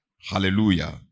Hallelujah